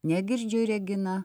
negirdžiu regina